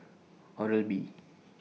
Oral B